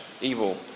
evil